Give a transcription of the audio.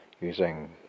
using